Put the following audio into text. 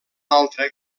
altra